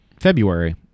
february